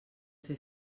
fer